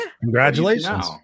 congratulations